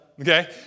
okay